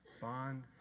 bond